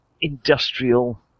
industrial